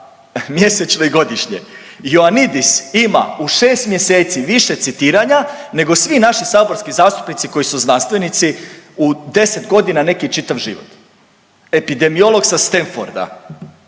mjesečno i godišnje, Joanidis ima u šest mjeseci više citiranja nego svi naši saborski zastupnici koji su znanstvenici u deset godina, neki i čitav život. Epidemiolog sa Standforda